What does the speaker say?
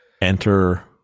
Enter